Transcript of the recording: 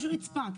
יש רצפה.